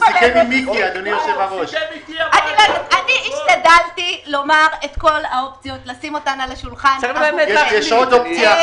אני השתדלתי לשים את כל האופציות על השולחן עבורכם.